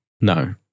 No